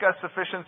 sufficiency